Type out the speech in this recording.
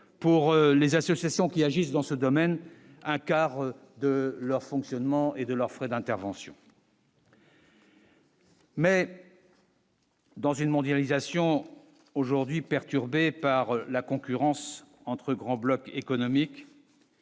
pour les associations qui agissent dans ce domaine un quart de leur fonctionnement et de leurs frais d'intervention. Dans une mondialisation aujourd'hui perturbée par la concurrence entre grands blocs économiques.